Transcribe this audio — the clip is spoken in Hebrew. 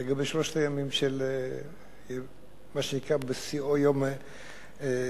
בשלושת הימים של מה שנקרא בשיא "יום הנכבה",